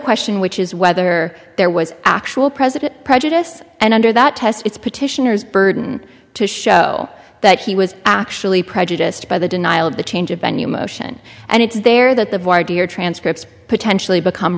question which is whether there was actual president prejudiced and under that test it's petitioners burden to show that he was actually prejudiced by the denial of the change of venue motion and it's there that the transcripts potentially become